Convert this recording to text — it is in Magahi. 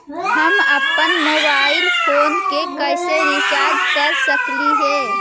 हम अप्पन मोबाईल फोन के कैसे रिचार्ज कर सकली हे?